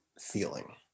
feeling